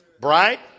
Bright